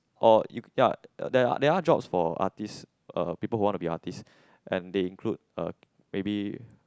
or you ya there are there are jobs for artists uh people who want to be artists and they include uh maybe